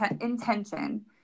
intention